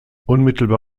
unmittelbar